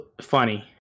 Funny